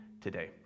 today